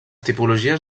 tipologies